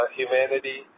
humanity